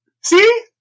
See